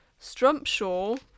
Strumpshaw